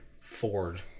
ford